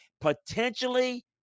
potentially